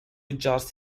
adjust